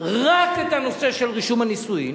רק את הנושא של רישום הנישואים,